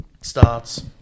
starts